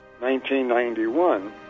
1991